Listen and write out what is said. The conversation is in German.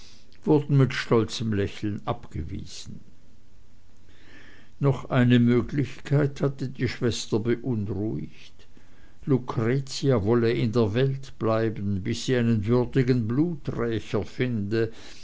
wurden mit stolzem lächeln abgewiesen noch eine möglichkeit hatte die schwester beunruhigt lucretia wolle in der welt bleiben bis sie einen würdigen bluträcher finde